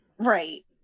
Right